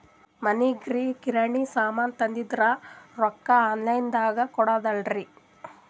ಮನಿಗಿ ಕಿರಾಣಿ ಸಾಮಾನ ತಂದಿವಂದ್ರ ರೊಕ್ಕ ಆನ್ ಲೈನ್ ದಾಗ ಕೊಡ್ಬೋದಲ್ರಿ?